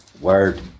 word